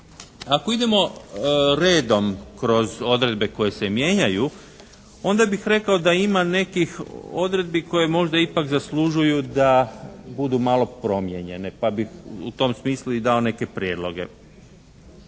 Ako idemo redom kroz odredbe koje se mijenjaju onda bih rekao da ima nekih odredbi koje možda ipak zaslužuju da budu malo promijenjene, pa bih u tom smislu i dao neke prijedloge.